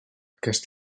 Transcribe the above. aquest